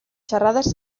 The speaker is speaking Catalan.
xerrades